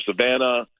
Savannah